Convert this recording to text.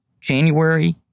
January